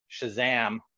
Shazam